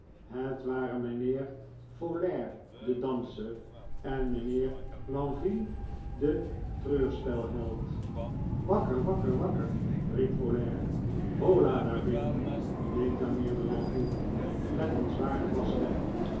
het waren mijnheer folair de danser en mijnheer lenville de treurspelheld wakker wakker wakker riep folair holla daar binnen declameerde lenville met een zware basstem